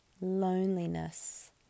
loneliness